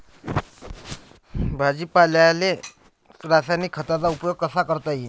भाजीपाल्याले रासायनिक खतांचा उपयोग कसा करता येईन?